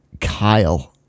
Kyle